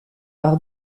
par